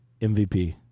MVP